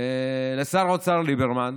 לשר האוצר ליברמן,